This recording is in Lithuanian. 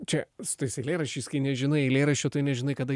čia su tais eilėraščiais kai nežinai eilėraščių tai nežinai kada